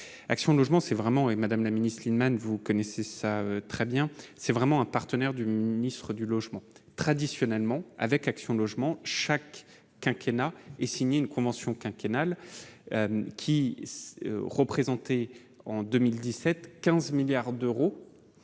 Action logement c'est vraiment et Madame la Ministre, Lienemann, vous connaissez ça très bien, c'est vraiment un partenaire du ministre du Logement, traditionnellement avec Action Logement chaque quinquennat et signé une convention quinquennale qui se représenter en 2017 15 milliards d'euros